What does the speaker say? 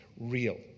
real